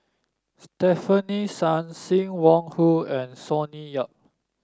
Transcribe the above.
Stefanie Sun Sim Wong Hoo and Sonny Yap